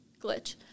glitch